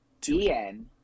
D-N